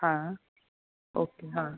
હા ઓકે હા